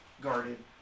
guarded